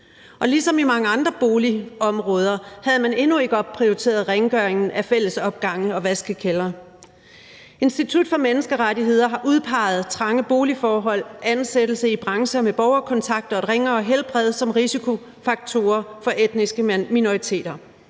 Og ligesom i mange andre boligområder havde man endnu ikke opprioriteret rengøringen af fælles opgange og vaskekældre. Institut for Menneskerettigheder har udpeget trange boligforhold, ansættelse i brancher med borgerkontakt og et ringere helbred som risikofaktorer for etniske minoriteter.